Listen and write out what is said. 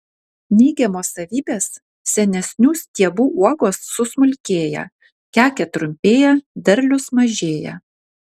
neigiamos savybės senesnių stiebų uogos susmulkėja kekė trumpėja derlius mažėja